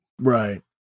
right